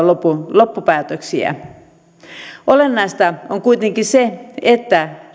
loppupäätöksiä olennaista on kuitenkin se että